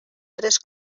tres